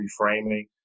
reframing